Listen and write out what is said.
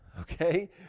Okay